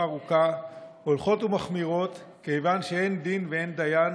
ארוכה הולכות ומחמירות כיוון שאין דין ואין דיין.